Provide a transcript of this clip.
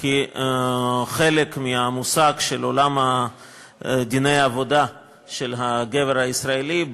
כחלק מהמושג של עולם דיני העבודה של הגבר הישראלי,